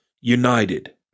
united